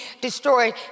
destroyed